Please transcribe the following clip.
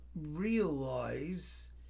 realize